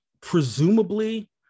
presumably